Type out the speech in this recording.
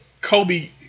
Kobe